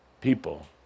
people